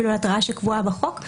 אפילו התראה שקבועה בחוק.